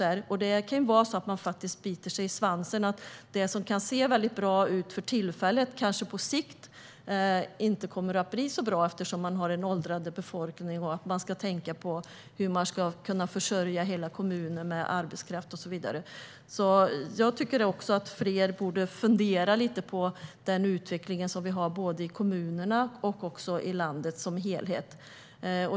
Här kanske man biter sig i svansen. Det som ser bra ut för tillfället kanske på sikt inte blir så bra eftersom man har en åldrande befolkning och eftersom kommunen ska kunna försörjas med arbetskraft och så vidare. Jag tycker att fler borde fundera över utvecklingen både i kommunerna och i landet som helhet.